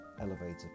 elevator